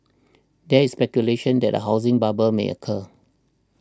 there is speculation that a housing bubble may occur